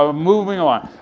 ah moving on.